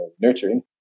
nurturing